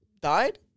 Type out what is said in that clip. died